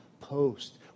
post